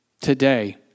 Today